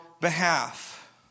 behalf